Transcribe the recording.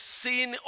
seen